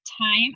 time